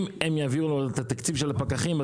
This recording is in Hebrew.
אם הם יביאו את התקציב של הפקחים,